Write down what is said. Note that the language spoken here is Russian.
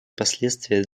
последствия